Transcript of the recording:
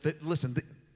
listen